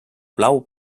blau